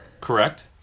Correct